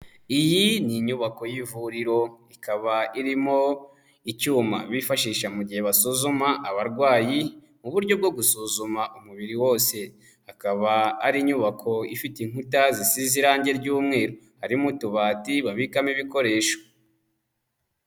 Iyi ni inyubako y'ivuriro, ikaba irimo icyuma bifashisha mu gihe basuzuma abarwayi mu buryo bwo gusuzuma umubiri wose, akaba ari inyubako ifite inkuta zisize irangi ry'umweru, harimo utubati babikamo ibikoresho.